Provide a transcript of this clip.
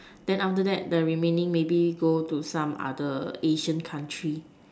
then after that the remaining maybe go to some other Asian country